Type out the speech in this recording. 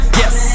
yes